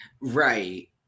Right